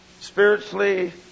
spiritually